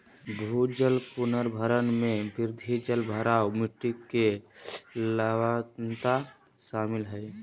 भूजल पुनर्भरण में वृद्धि, जलभराव, मिट्टी के लवणता शामिल हइ